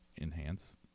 Enhance